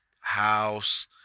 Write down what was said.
house